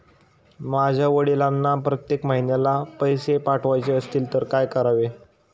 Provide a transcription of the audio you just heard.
माझ्या वडिलांना प्रत्येक महिन्याला पैसे पाठवायचे असतील तर काय करावे?